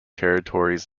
territories